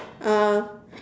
um